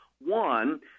One